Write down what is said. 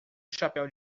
chapéu